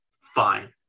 fine